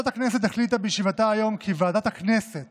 ועדת הכנסת